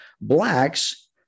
blacks